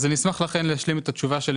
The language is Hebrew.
אז אני אשמח להשלים את התשובה שלי